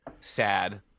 sad